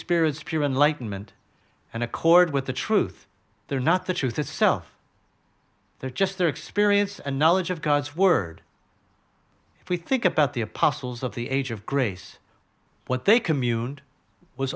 and light and meant and accord with the truth they're not the truth itself they're just their experience and knowledge of god's word if we think about the apostles of the age of grace what they communed was